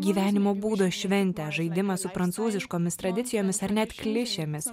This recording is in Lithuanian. gyvenimo būdo šventę žaidimą su prancūziškomis tradicijomis ar net klišėmis